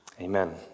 Amen